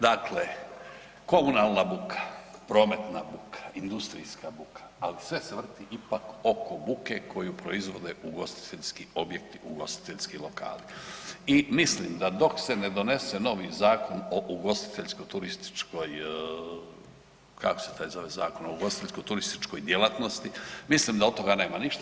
Dakle, komunalna buka, prometna buka, industrijska buka, ali sve se vrti oko buke koju proizvode ugostiteljski objekti, ugostiteljski lokali i mislim da se ne donese novi Zakon o ugostiteljsko-turističkoj kako se zove taj zakon o ugostiteljsko-turističkoj djelatnosti mislim da od toga nema ništa.